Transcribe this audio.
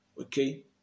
okay